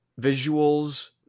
visuals